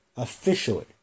Officially